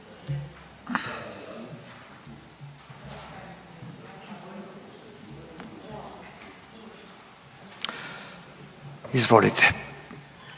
izvolite.